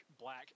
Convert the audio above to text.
black